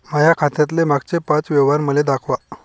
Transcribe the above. माया खात्यातले मागचे पाच व्यवहार मले दाखवा